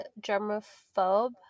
germaphobe